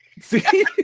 see